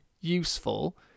useful